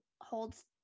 holds